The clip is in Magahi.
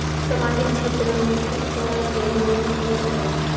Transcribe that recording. सामाजिक क्षेत्र में किस तरह के लोग हिये है?